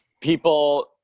people